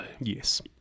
Yes